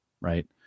right